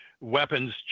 weapons